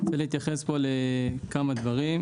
אני רוצה להתייחס לכמה דברים,